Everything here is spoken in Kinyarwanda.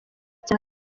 cyane